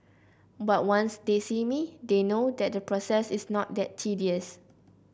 but once they see me they know that the process is not that tedious